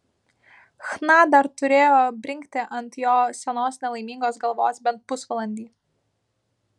chna dar turėjo brinkti ant jo senos nelaimingos galvos bent pusvalandį